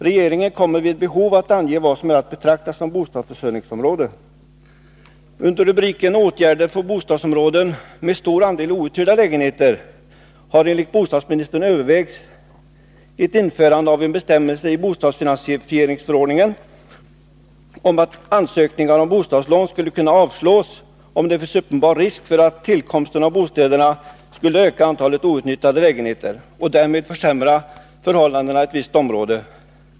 Regeringen kommer vid behov att ange vad som är att betrakta som bostadsförsörjningsområde. Under rubriken Åtgärder för bostadsområden med stor andel outhyrda lägenheter har enligt bostadsministern övervägts ett införande av en bestämmelse i bostadsfinansieringsförordningen, om att ansökningar om bostadslån skulle kunna avslås om det finns uppenbar risk för att tillkomsten av bostäderna skulle öka antalet outnyttjade lägenheter och därmed försämra förhållandena i ett visst område.